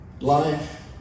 life